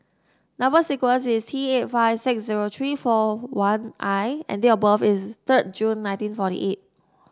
number sequence is T eight five six zero three four one I and date of birth is third June nineteen forty eight